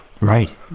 Right